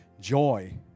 joy